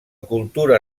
cultura